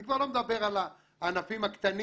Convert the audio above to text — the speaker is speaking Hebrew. אני כבר לא מדבר על הענפים הקטנים,